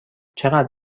چقدر